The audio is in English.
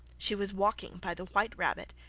she was walking by the white rabbit,